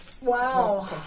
Wow